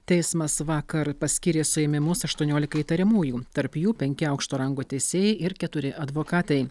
teismas vakar paskyrė suėmimus aštuoniolikai įtariamųjų tarp jų penki aukšto rango teisėjai ir keturi advokatai